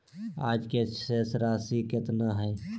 आज के शेष राशि केतना हइ?